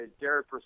Derek